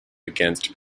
against